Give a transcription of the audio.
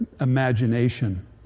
imagination